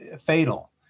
fatal